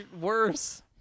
worse